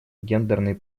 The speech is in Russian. гендерной